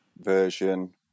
version